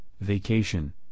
Vacation